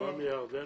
כמה מירדן?